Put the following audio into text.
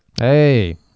Hey